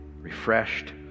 refreshed